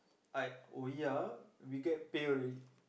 like oh ya we get pay already